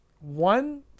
one